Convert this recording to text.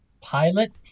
Pilot